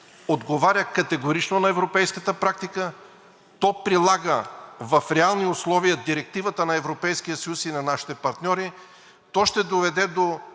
отговаря категорично на европейската практика. То прилага в реални условия Директивата на Европейския съюз и на нашите партньори. То ще доведе до